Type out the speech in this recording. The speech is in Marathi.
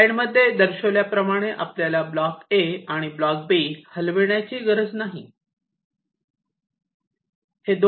स्लाईडमध्ये दर्शविल्याप्रमाणे आपल्याला ब्लॉक A आणि ब्लॉक B हलविण्याची परवानगी नाही